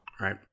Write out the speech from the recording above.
Right